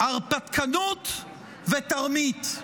הרפתקנות ותרמית,